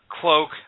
cloak